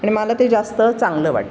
आणि मला ते जास्त चांगलं वाटते